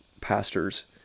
pastors